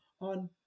on